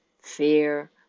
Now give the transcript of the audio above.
fear